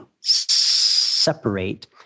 separate